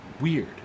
weird